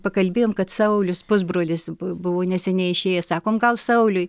pakalbėjom kad saulius pusbrolis buvo neseniai išėjęs sakom gal sauliui